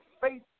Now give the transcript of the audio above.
faith